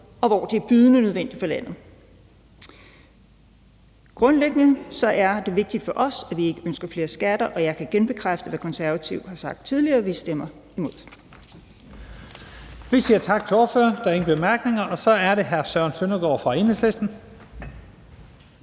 og hvor det er bydende nødvendigt for landet. Grundlæggende er det vigtigt for os, at vi ikke ønsker flere skatter, og jeg kan genbekræfte, hvad Konservative har sagt tidligere. Vi stemmer imod. Kl. 14:44 Første næstformand (Leif Lahn Jensen): Vi siger tak til ordføreren. Der er ingen bemærkninger, og så er det hr. Søren Søndergaard fra Enhedslisten.